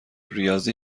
ریاضی